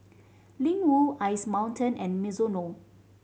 Ling Wu Ice Mountain and Mizuno